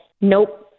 nope